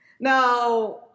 Now